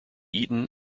eton